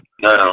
No